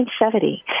1970